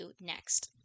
next